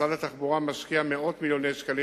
משרד התחבורה משקיע מאות מיליוני שקלים